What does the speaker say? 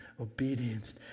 obedience